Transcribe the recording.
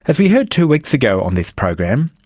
as we heard two weeks ago on this program,